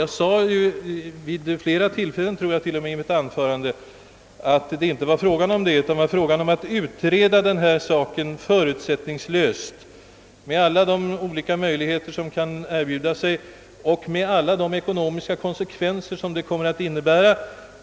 Jag sade i mitt anförande — vid flera tillfällen, tror jag — att det var fråga om att utreda denna sak förutsättningslöst med alla de olika möjligheter som kan erbjuda sig och med alla de ekonomiska konsekvenser som förslaget kommer att innebära.